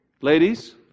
ladies